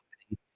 company